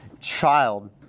child